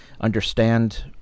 understand